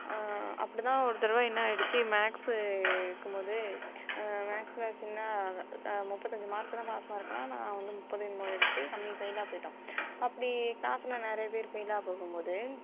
அப்படிதான் ஒரு தடவை என்ன ஆகிடுச்சி மேக்ஸு இருக்கும்போது மேக்ஸில் சின்ன முப்பத்தி அஞ்சு மார்க்கு தான் பாஸ் மார்க்குன்னா நான் வந்து முப்பது என்னமோ எடுத்து கம்மி ஃபெயிலாகி போய்ட்டோம் அப்படி கிளாஸில் நிறையா பேர் ஃபெயிலாக போகும்போது